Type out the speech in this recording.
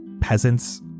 peasants